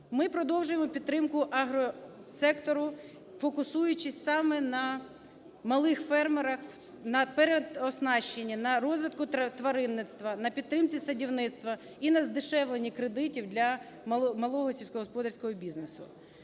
Ми продовжуємо підтримку агросектору, фокусуючись саме на малих фермерах, на переоснащенні, на розвитку тваринництва, на підтримці садівництва і на здешевленні кредитів для малого сільськогосподарського бізнесу.